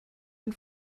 den